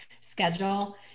schedule